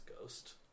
ghost